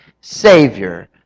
Savior